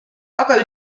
aga